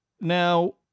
Now